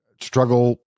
struggle